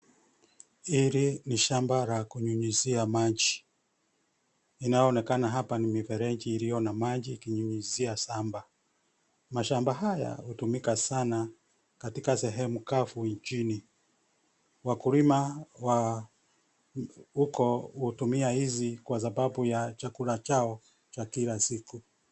Hili ni shamba ya kunyunyizia maji. Inayoonekana hapa ni mifereji iliyo na maji ikinyunyizia shamba. Mashamba haya hutumika sana katika sehemu kavu nchini. Wakulima wa huko hutumia hizi kwa sababu ya chakula chao cha kila siku.